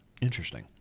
Interesting